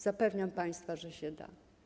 Zapewniam państwa, że się da.